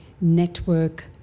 network